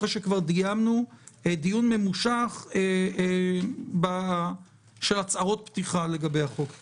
אחרי שכבר קיימנו דיון ממושך של הצהרות פתיחה לגבי הצעת החוק.